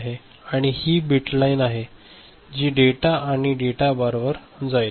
आणि ही ती बिट लाईन आहे जी डेटा आणि डेटा बारवर जाईल